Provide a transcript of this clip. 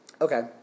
Okay